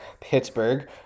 Pittsburgh